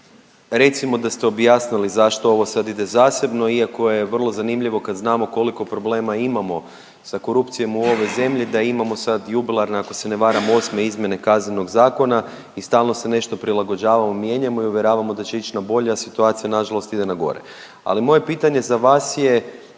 recimo da ste objasnili zašto ovo sad ide zasebno, iako je vrlo zanimljivo kad znamo koliko problema imamo sa korupcijom u ovoj zemlji. Da imamo sad jubilarna ako se ne varam 8. izmjene Kaznenog zakona i stalno se nešto prilagođavamo, mijenjamo i uvjeravamo da će ići na bolje, a situacija nažalost ide na gore. Ali moje pitanje za vas je,